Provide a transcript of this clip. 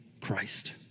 Christ